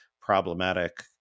problematic